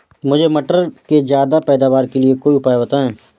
मुझे मटर के ज्यादा पैदावार के लिए कोई उपाय बताए?